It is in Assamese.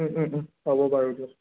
পাব বাৰু দিয়ক